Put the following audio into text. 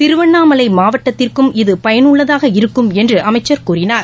திருவண்ணாமலைமாவட்டத்திற்கும் இது பயனுள்ளதாக இருக்கும் என்றுஅமைச்சர் கூறினார்